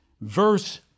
verse